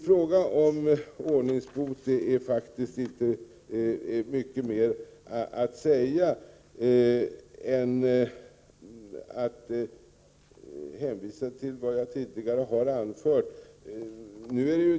Frågan om ordningsbot finns det faktiskt inte så mycket mer att säga om, utom att hänvisa till vad jag tidigare har anfört.